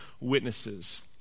witnesses